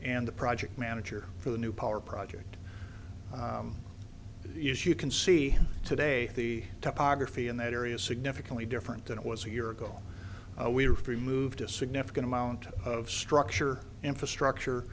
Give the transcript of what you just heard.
the project manager for the new power project as you can see today the topography in that area is significantly different than it was a year ago we are free moved a significant amount of structure infrastructure